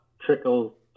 trickle